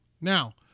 Now